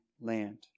land